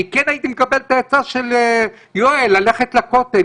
אני כן הייתי מקבל את העצה של יואל ללכת לכותל,